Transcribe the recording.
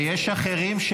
ויש אחרים,